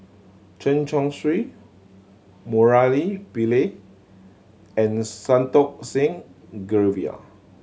Chen Chong Swee Murali Pillai and Santokh Singh Grewal